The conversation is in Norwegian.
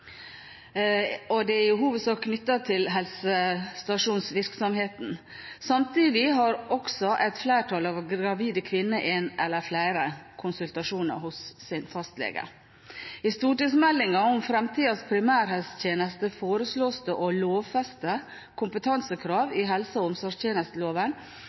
og det er i hovedsak knyttet til helsestasjonsvirksomheten. Samtidig har et flertall av gravide kvinner én eller flere konsultasjoner hos sin fastlege. I stortingsmeldingen om fremtidens primærhelsetjeneste foreslås det å lovfeste kompetansekrav i helse- og omsorgstjenesteloven.